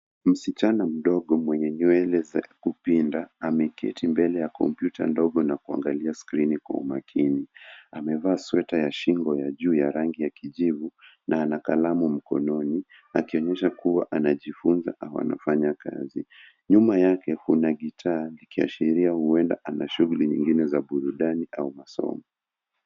Msichana mdogo mwenye nywele za kupinda ameketi mbele ya kompyuta ndogo na kuangalia skrini kwa umakiini. Amevaa sweta ya shingo ya juu ya rangi ya kijivu na ana kalamu mkononi akionyesha kuwa anajifunza au kufanya kazi. Nyuma yake kuna gitaa ikiashiria kuwa na shughuli nyingine za burudani au masomo.